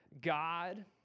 God